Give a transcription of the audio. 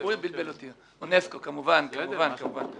כמובן, כמובן.